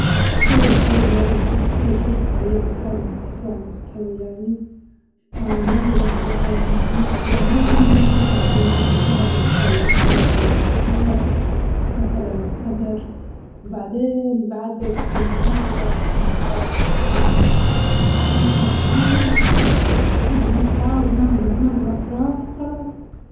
أول حاجة بنحط التيشرت عليه مكان مرتفع ومستوي يعني في طاولة، وبعدين بناخد الأماكن المرتفعة الأول نبدا فيها بالكوي متلاً ال- الضهر متلاً الصدر، وبعدين بعده يكون مناسبة للحراة بتاعت المكوى متناسبة معاها عاد نرفع ونعمل الأكمام والأطراف وخلاص.